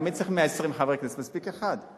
מי צריך 120 חברי כנסת, מספיק אחד.